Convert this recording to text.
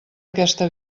aquesta